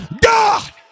God